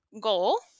goal